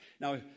Now